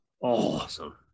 awesome